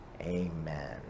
amen